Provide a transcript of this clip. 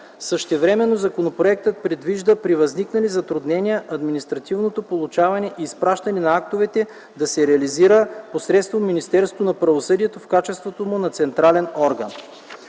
Същевременно законопроектът предвижда при възникнали затруднения административното получаване и изпращане на актовете да се реализира посредством Министерството на правосъдието в качеството му на централен орган.